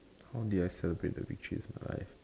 how did I celebrate the victories in my life